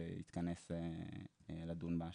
ויתכנס לדון בהשלכות.